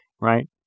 right